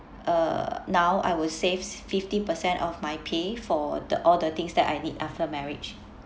uh now I will save fifty percent of my pay for the all the things that I need after marriage